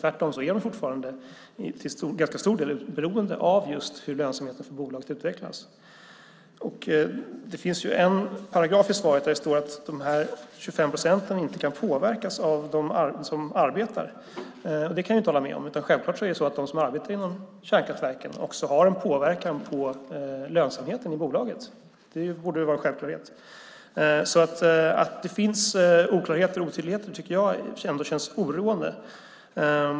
Tvärtom är de till ganska stor del beroende av just hur lönsamheten för bolaget utvecklas. Det finns ett avsnitt i svaret där det står att de 25 procenten inte kan påverkas av dem som arbetar. Det kan jag inte hålla med om. Självklart har de som arbetar i kärnkraftverken också en påverkan på lönsamheten i bolaget. Det borde vara en självklarhet. Att det finns oklarheter och otydligheter tycker jag känns oroande.